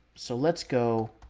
so let's go.